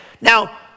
Now